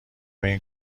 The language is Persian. این